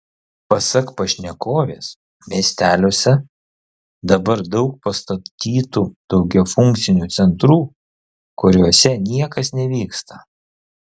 pasak pašnekovės miesteliuose dabar daug pastatytų daugiafunkcių centrų kuriuose niekas nevyksta